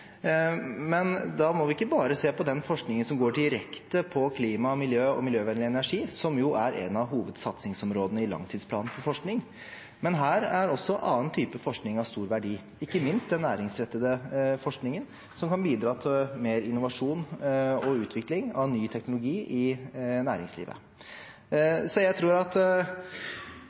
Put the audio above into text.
Men da må vi ikke bare se på den forskningen som går direkte på klima, miljø og miljøvennlig energi, som jo er et av hovedsatsingsområdene i langtidsplanen for forskning. Her er også annen type forskning av stor verdi, ikke minst den næringsrettede forskningen, som kan bidra til mer innovasjon og utvikling av ny teknologi i næringslivet.